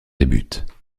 débute